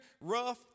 rough